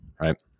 right